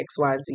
xyz